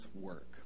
work